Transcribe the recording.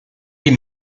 die